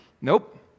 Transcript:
nope